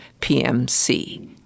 PMC